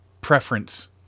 preference